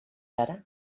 ara